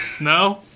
No